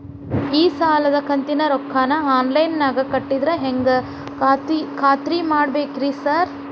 ಈ ಸಾಲದ ಕಂತಿನ ರೊಕ್ಕನಾ ಆನ್ಲೈನ್ ನಾಗ ಕಟ್ಟಿದ್ರ ಹೆಂಗ್ ಖಾತ್ರಿ ಮಾಡ್ಬೇಕ್ರಿ ಸಾರ್?